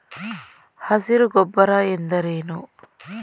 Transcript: ಹಸಿರು ಗೊಬ್ಬರ ಎಂದರೇನು?